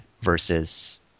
versus